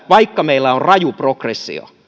vaikka meillä on raju progressio